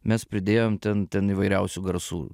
mes pridėjom ten ten įvairiausių garsų